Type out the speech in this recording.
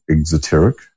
Exoteric